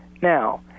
Now